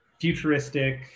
futuristic